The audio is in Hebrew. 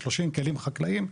שלושים כלים חקלאיים.